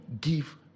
give